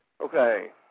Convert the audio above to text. Okay